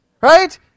Right